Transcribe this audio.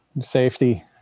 Safety